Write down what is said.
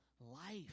life